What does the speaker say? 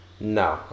No